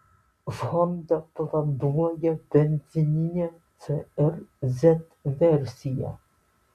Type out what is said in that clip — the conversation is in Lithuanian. honda planuoja benzininę cr z versiją